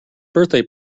birthday